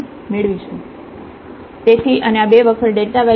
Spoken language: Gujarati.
તેથી અને આ 2 વખતyક્યુબ છે